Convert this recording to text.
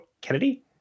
Kennedy